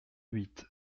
huit